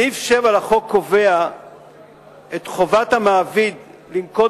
סעיף 7 לחוק קובע את חובת המעביד לנקוט